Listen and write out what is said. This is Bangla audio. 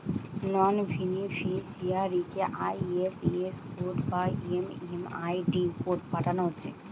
নন বেনিফিসিয়ারিকে আই.এফ.এস কোড বা এম.এম.আই.ডি কোড পাঠানা হচ্ছে